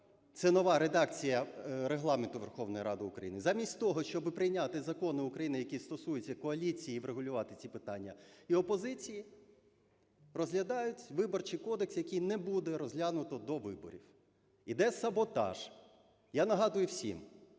це нова редакція Регламенту Верховної Ради України, замість того, щоби прийняти закони України, які стосуються коаліції, і врегулювати ці питання, і опозиції, розглядають Виборчий кодекс, який не буде розглянуто до виборів. Іде саботаж. Я нагадую всім,